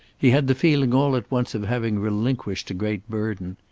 he had the feeling all at once of having relinquished a great burden.